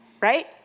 Right